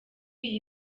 iyi